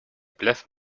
bless